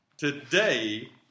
Today